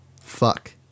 Fuck